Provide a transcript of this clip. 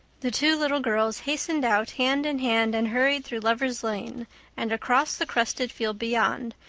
the two little girls hastened out hand in hand and hurried through lover's lane and across the crusted field beyond,